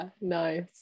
Nice